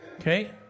Okay